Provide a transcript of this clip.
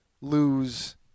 lose